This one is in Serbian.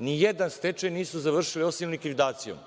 nijedan stečaj nisu završili osim likvidacijom.